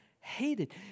hated